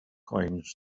coins